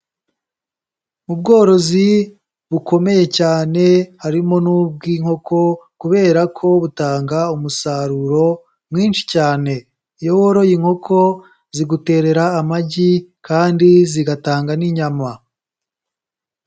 Ubworozi bukomeye cyane harimo n'ubw'inkoko, kubera ko butanga umusaruro mwinshi cyane. Iyo woroye inkoko ziguterera amagi, kandi zigatanga n'inyama.